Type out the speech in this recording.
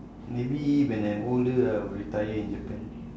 maybe when I'm older ah I will retire in japan